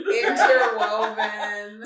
interwoven